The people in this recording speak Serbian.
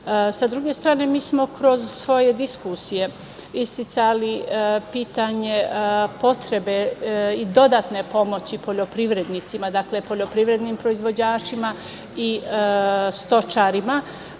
druge strane, mi smo kroz svoje diskusije isticali pitanje potrebe i dodatne pomoći poljoprivrednicima, dakle, poljoprivrednim proizvođačima i stočarima